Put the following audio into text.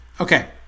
Okay